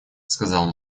сказал